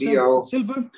silver